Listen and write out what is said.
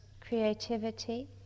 creativity